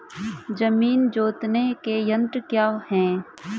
जमीन जोतने के यंत्र क्या क्या हैं?